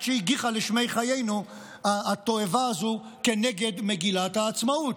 שהגיחה לשמי חיינו התועבה הזו כנגד מגילת העצמאות: